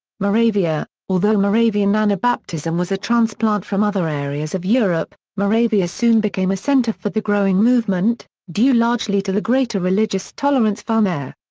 moravia although moravian anabaptism was a transplant from other areas of europe, moravia soon became a center for the growing movement, due largely to the greater religious tolerance found there.